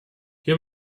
hier